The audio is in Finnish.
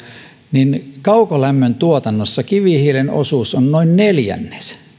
niin kaukolämmön tuotannossa kivihiilen osuus on noin neljännes